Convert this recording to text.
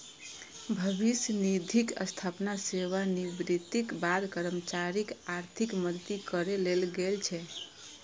भविष्य निधिक स्थापना सेवानिवृत्तिक बाद कर्मचारीक आर्थिक मदति करै लेल गेल छै